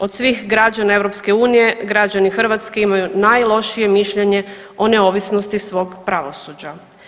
Od svih građana EU građani Hrvatske imaju najlošije mišljenje o neovisnosti svog pravosuđa.